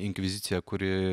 inkvizicija kuri